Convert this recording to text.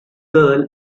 girl